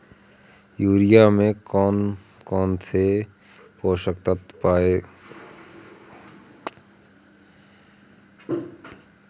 Urea में कौन कौन से पोषक तत्व है?